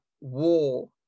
war